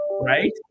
right